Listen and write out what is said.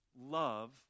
love